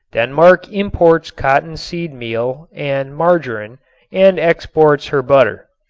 denmark imports cottonseed meal and margarine and exports her butter.